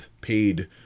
paid